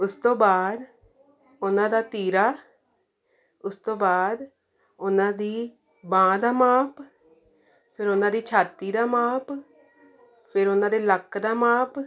ਉਸ ਤੋਂ ਬਾਅਦ ਉਹਨਾਂ ਦਾ ਤੀਰਾ ਉਸ ਤੋਂ ਬਾਅਦ ਉਹਨਾਂ ਦੀ ਬਾਂਹ ਦਾ ਮਾਪ ਫਿਰ ਉਹਨਾਂ ਦੀ ਛਾਤੀ ਦਾ ਮਾਪ ਫਿਰ ਉਹਨਾਂ ਦੇ ਲੱਕ ਦਾ ਮਾਪ